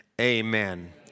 Amen